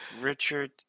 Richard